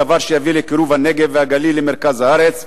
דבר שיביא לקירוב הנגב והגליל למרכז הארץ,